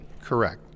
Correct